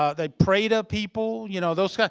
ah the prada people. you know those guys?